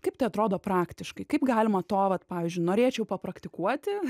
kaip tai atrodo praktiškai kaip galima to vat pavyzdžiui norėčiau pa praktikuoti